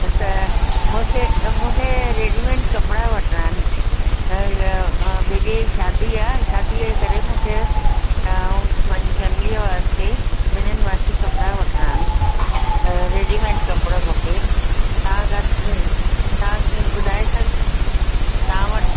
त मुखे मुखे रेडीमेड कपिड़ा वठिणा आहिनि बेटीअ जी शादी आहे शादीअ जे करे मूंखे ऐं पंहिंजी फैमिलीअ वास्ते ॿिन्हिनि वास्ते कपिड़ा वठणा आहिनि रेडीमेड कपिड़ो खपे तव्हांखां तव्हां असांखे ॿुधाए सघ तव्हां वटि